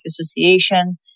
Association